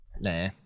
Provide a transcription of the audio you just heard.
Nah